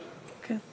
כן.